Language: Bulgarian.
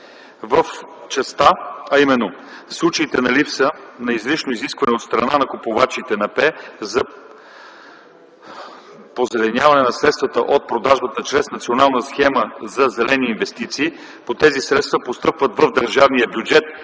в частта: „В случай на липса на изрично изискване от страна на купувача на ПЕЕ за позеленяване на средствата от продажбата чрез Националната схема за зелени инвестиции, то тези средства постъпват в държавния бюджет